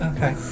Okay